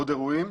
עוד אירועים,